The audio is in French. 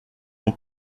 son